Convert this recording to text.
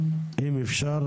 אם אפשר,